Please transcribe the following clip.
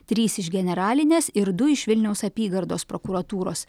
trys iš generalinės ir du iš vilniaus apygardos prokuratūros